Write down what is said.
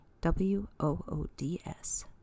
w-o-o-d-s